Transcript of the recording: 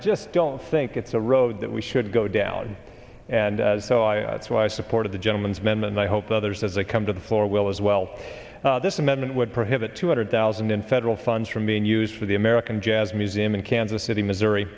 just don't think it's a road that we should go down and so i it's why i supported the gentleman's meme and i hope others as they come to the floor will as well this amendment would prohibit two hundred thousand in federal funds from being used for the american jazz museum in kansas city missouri